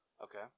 Okay